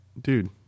Dude